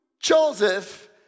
Joseph